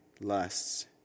lusts